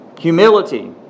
Humility